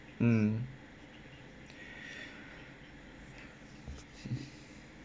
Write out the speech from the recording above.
mm